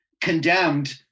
condemned